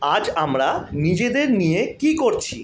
আজ আমরা নিজেদের নিয়ে কি করছি